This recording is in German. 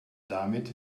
damit